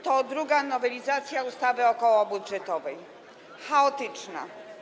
To druga nowelizacja ustawy okołobudżetowej, chaotyczna.